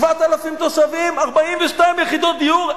7,000 תושבים, 42 יחידות דיור?